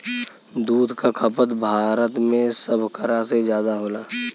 दूध क खपत भारत में सभकरा से जादा होला